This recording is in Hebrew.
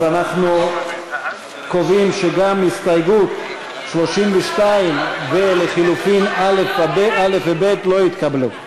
אז אנחנו קובעים שגם הסתייגות (32) ולחלופין א' וב' לא התקבלו.